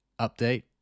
update